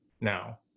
now